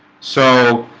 so